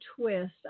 twist